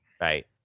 Right